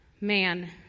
man